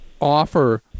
offer